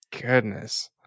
Goodness